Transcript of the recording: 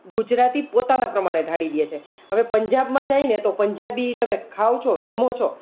ગુજરાતી પોતાના પ્રમાણે ઢાળી દે છે હવે પંજાબમાં જાયને તો પંજાબી તમે ખાવ છો જમો છો